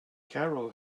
carol